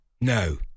no